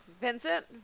Vincent